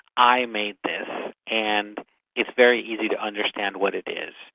i made this and it's very easy to understand what it is,